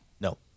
No